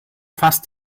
fast